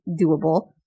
doable